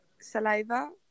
saliva